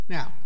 Now